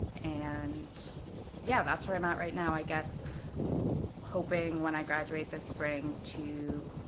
and yeah, that's where i'm at right now. i guess hoping when i graduate this spring to,